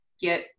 get